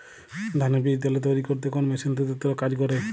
ধানের বীজতলা তৈরি করতে কোন মেশিন দ্রুততর কাজ করে?